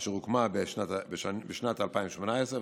אשר הוקמה בשנת 2018,